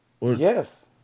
Yes